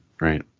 right